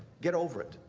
get over it.